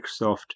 Microsoft